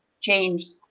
changed